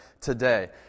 today